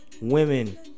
women